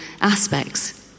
aspects